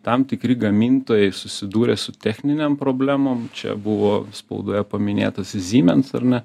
tam tikri gamintojai susidūrė su techninėm problemom čia buvo spaudoje paminėtas siemens ar ne